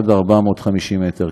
עד 450 מטר.